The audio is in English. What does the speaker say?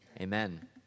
amen